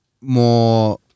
more